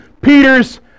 Peter's